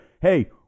hey